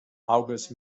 august